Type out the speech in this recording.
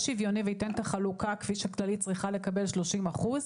שוויוני וייתן את החלוקה כפי שכללית צריכה לקבל - 30 אחוז.